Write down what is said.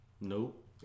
Nope